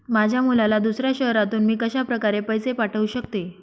माझ्या मुलाला दुसऱ्या शहरातून मी कशाप्रकारे पैसे पाठवू शकते?